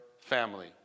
family